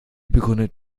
begründet